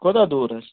کوتاہ دوٗر حظ